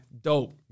dope